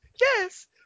yes